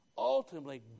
Ultimately